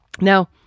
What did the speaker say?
Now